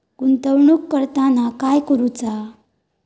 गुंतवणूक करताना काय करुचा?